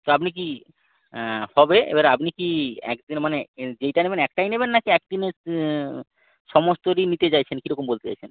তা আপনি কি হবে এবার আপনি কি একদিন মানে যেইটা নেবেন একটাই নেবেন না কি একদিনে সমস্তরই নিতে চাইছেন কিরকম বলতে চাইছেন